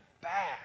back